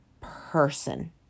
person